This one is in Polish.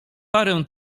parę